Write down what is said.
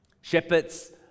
Shepherds